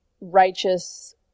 righteous